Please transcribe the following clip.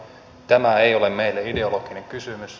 tämä ei ole meille ideologinen kysymys